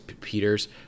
Peters